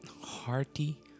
hearty